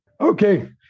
Okay